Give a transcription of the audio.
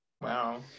Wow